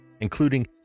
including